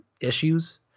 issues